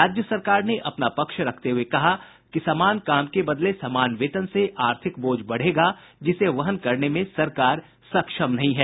राज्य सरकार ने अपना पक्ष रखते हुए कहा कि समान काम के बदले समान वेतन से आर्थिक बोझ बढ़ेगा जिसे वहन करने में सरकार सक्षम नहीं है